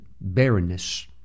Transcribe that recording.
barrenness